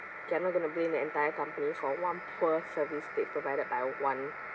okay I'm not going to blame the entire company for one poor service they provided by one